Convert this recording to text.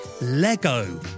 Lego